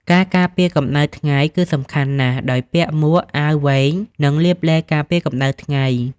ការការពារកម្ដៅថ្ងៃ គឺសំខាន់ណាស់ ដោយពាក់មួក អាវវែង និងលាបឡេការពារកម្ដៅថ្ងៃ។